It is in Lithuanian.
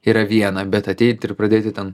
yra viena bet ateiti ir pradėti ten